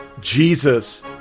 Jesus